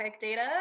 data